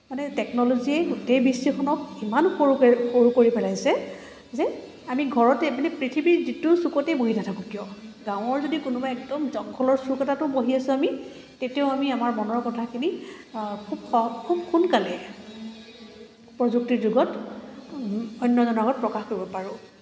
মানে টেকন'লজিয়েই গোটেই বিশ্বখনক ইমান সৰু সৰু কৰি পেলাইছে যে আমি ঘৰতে মানে পৃথিৱীৰ যিটো চুকতেই বহি নাথাকো কিয় গাঁৱৰ যদি কোনোবাই একদম জংঘলৰ চুক এটাটো বহি আছোঁ আমি তেতিয়াও আমি আমাৰ মনৰ কথাখিনি খুব স খুব সোনকালে প্ৰযুক্তিৰ যুগত অন্য জনৰ আগত প্ৰকাশ কৰিব পাৰোঁ